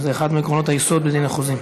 שזה אחד מעקרונות היסוד בדין החוזים?